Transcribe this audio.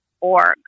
org